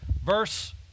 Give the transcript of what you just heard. verse